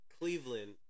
Cleveland